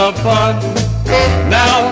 Now